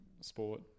sport